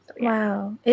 wow